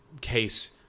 case